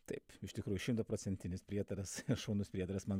taip iš tikrųjų šimtaprocentinis prietaras šaunus prietaras man